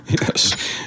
Yes